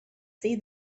see